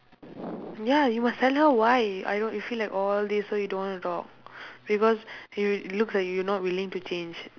ya you must tell her why I know you feel like all this so you don't want to talk because it looks like you are not willing to change